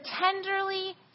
tenderly